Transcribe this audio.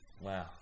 Wow